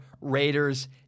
Raiders